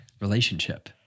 relationship